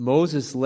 Moses